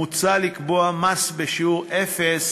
מוצע לקבוע מס בשיעור אפס